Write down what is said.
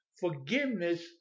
forgiveness